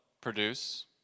produce